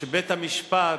שבית-המשפט,